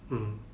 mm